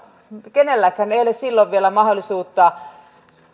kenelläkään ei ole silloin vielä mahdollisuutta